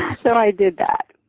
so i did that